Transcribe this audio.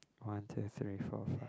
one two three four five